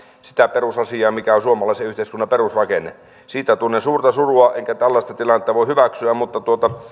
sitä perusasiaa mikä on suomalaisen yhteiskunnan perusrakenne siitä tunnen suurta surua enkä tällaista tilannetta voi hyväksyä mutta